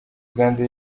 uganda